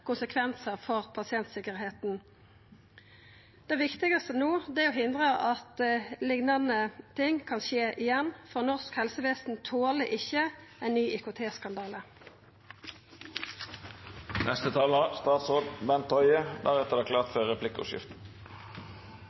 konsekvensar for pasientsikkerheita. Det viktigaste no er å hindra at noko liknande skjer igjen, for norsk helsevesen toler ikkje ein ny IKT-skandale. Det har vært flere uheldige hendelser i Helse Sør-Øst på IKT-området. Dette er det viktig å lære av, både for